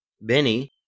Benny